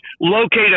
locate